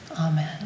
amen